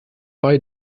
bei